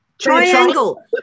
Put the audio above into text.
Triangle